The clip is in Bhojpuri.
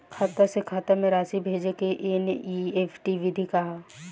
खाता से खाता में राशि भेजे के एन.ई.एफ.टी विधि का ह?